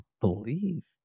believe